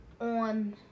on